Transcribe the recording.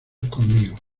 conmigo